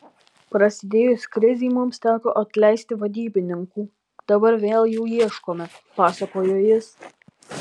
prasidėjus krizei mums teko atleisti vadybininkų dabar vėl jų ieškome pasakojo jis